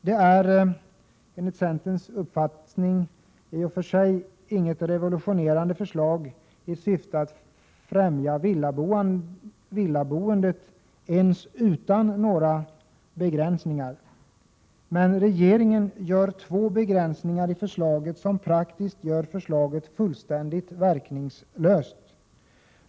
Det är i och för sig inget revolutionerande förslag i syfte att främja villaboendet, ens utan några begränsningar. Men regeringen gör två begränsningar i förslaget, som praktiskt gör förslaget fullständigt verkningslöst.